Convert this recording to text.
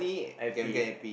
I happy